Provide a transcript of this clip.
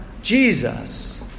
Jesus